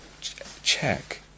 Check